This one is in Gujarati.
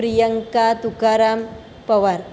પ્રિયંકા તુકારામ પવાર